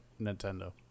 Nintendo